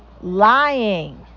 lying